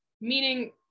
Meaning